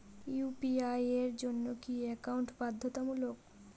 UPI এর জন্য কি একাউন্ট বাধ্যতামূলক?